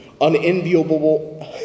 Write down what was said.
unenviable